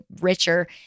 richer